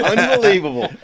Unbelievable